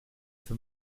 für